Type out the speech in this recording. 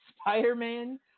Spider-Man